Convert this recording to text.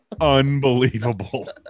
Unbelievable